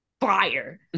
fire